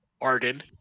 Arden